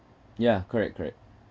ya correct correct